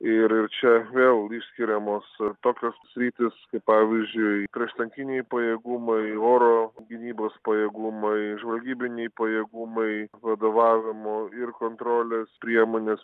ir ir čia vėl išskiriamos tokios sritys pavyzdžiui prieštankiniai pajėgumai oro gynybos pajėgumai žvalgybiniai pajėgumai vadovavimo ir kontrolės priemonės